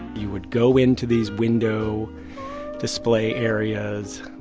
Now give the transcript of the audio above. you would go into these window display areas,